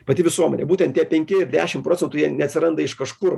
pati visuomenė būtent tie penki dešim procentų jie neatsiranda iš kažkur